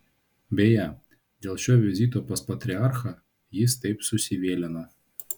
beje dėl šio vizito pas patriarchą jis taip susivėlino